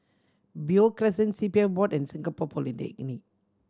Beo Crescent C P F Board and Singapore Polytechnic